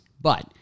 But-